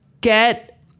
get